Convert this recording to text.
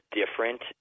different